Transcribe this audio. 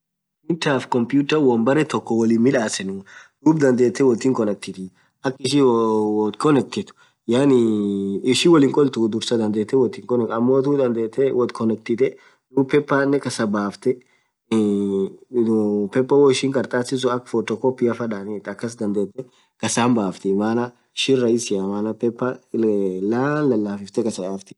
Mittaf computer won beree tokk wolin midhasenu dhub dhandhe woth hin connectitha akha ishin woth connectithu yaani ishin wol hin kholthu dhursaa dhandhethe woth hin connectithu ammo dhandhe woth connectithe woo papernen kasbafthe iiii papern woishin karatasi sunn akha photocopy dhathu akas dhadhethe kasbasithi maana ishin rahisia maaana paper laaan lalafisithe kasa yafthii